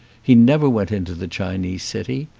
he never went into the chinese city.